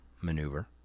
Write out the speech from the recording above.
maneuver